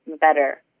better